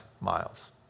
miles